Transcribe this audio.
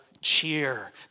cheer